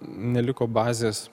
neliko bazės